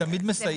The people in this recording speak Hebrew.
זה תמיד מסייע.